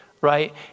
right